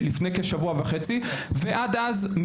לפני כשבוע וחצי ועד אז,